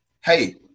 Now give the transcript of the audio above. Hey